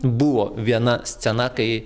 buvo viena scena kai